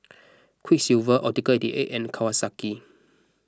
Quiksilver Optical eight eight and Kawasaki